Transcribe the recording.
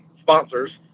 sponsors